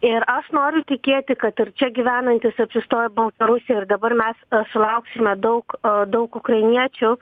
ir aš noriu tikėti kad ir čia gyvenantys apsistojo baltarusijoj ir dabar mes sulauksime daug daug ukrainiečių